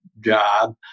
job